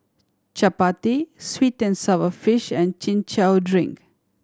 chappati sweet and sour fish and Chin Chow drink